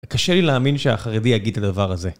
קשה לי להאמין שהחרדי יגיד את הדבר הזה